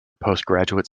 postgraduate